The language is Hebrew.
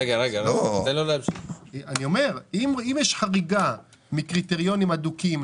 אם יש חריגה מקריטריונים הדוקים,